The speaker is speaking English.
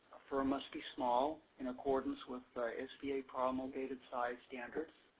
a firm must be small in accordance with the sba promulgated size standard.